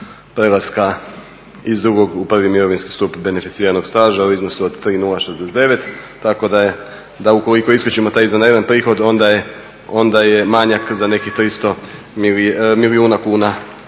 prelaska iz drugog u prvi mirovinski stup beneficiranog staža u iznosu od 3069 tako da ukoliko isključimo taj izvanredan prihod onda je manjak za nekih 300 milijuna kuna